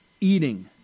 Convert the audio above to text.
eating